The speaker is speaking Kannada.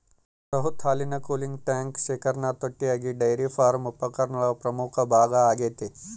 ಬೃಹತ್ ಹಾಲಿನ ಕೂಲಿಂಗ್ ಟ್ಯಾಂಕ್ ಶೇಖರಣಾ ತೊಟ್ಟಿಯಾಗಿ ಡೈರಿ ಫಾರ್ಮ್ ಉಪಕರಣಗಳ ಪ್ರಮುಖ ಭಾಗ ಆಗೈತೆ